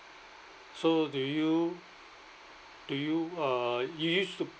so do you do you uh you used to